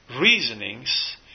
reasonings